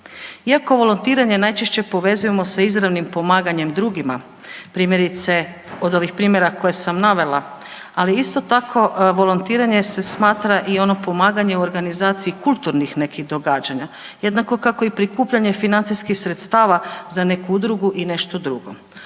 Iako volontiranje najčešće povezujemo sa izravnim pomaganjem drugima, primjerice od ovih primjera koje sam navela, ali isto tako volontiranje se smatra i ono pomaganje u organizaciji kulturnih nekih događanja jednako kako i prikupljanje financijskih sredstava za neku udrugu i nešto drugo.